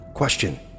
question